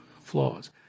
flaws